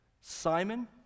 Simon